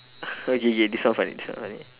okay K K this one funny this one funny